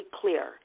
clear